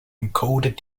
encode